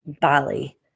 Bali